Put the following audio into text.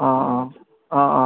অ অ অ অ